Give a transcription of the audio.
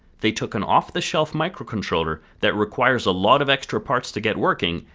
they took an off the shelf microcontroller that requires a lot of extra parts to get working,